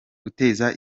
guteza